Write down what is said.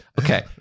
Okay